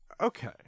Okay